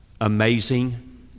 amazing